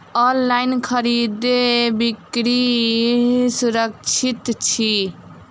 online खरीदै बिक्री सुरक्षित छी